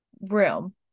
room